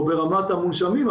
או ברמת המונשמים,